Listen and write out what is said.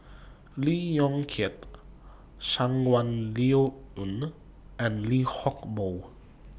Lee Yong Kiat Shangguan Liuyun and Lee Hock Moh